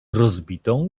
rozbitą